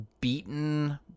beaten